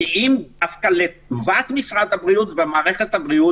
דווקא לטובת משרד הבריאות ומערכת הבריאות